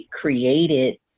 created